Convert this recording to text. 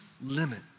limit